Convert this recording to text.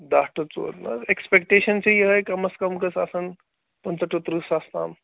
دَہ ٹُہ ژور نہٕ حظ اٮ۪کٕسپٮ۪ٹیشَن چھےٚ یِہوٚے کمس کَم گٔژھ آسٕنۍ پٕنٛژٕ ٹُہ تٕرٛہ ساس تام